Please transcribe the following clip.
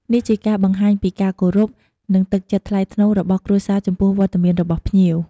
នេះជាការបង្ហាញពីការគោរព និងទឹកចិត្តថ្លៃថ្នូររបស់គ្រួសារចំពោះវត្តមានរបស់ភ្ញៀវ។